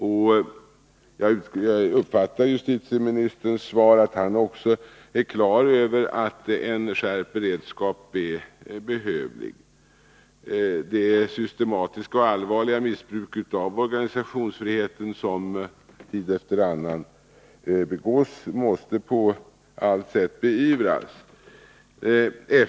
Jag uppfattar justitieministerns svar så att han också är klar över att en skärpt beredskap är behövlig. Det systematiska och allvarliga missbruket av organisationsfriheten som tid efter annan begås måste på allt sätt beivras.